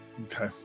Okay